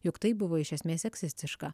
juk tai buvo iš esmės seksistiška